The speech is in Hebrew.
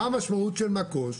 מה המשמעות של מקו"ש?